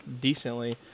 decently